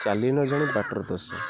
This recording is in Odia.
ଚାଲି ନ ଜାଣି ବାଟର ଦୋଷ